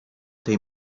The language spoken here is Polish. tej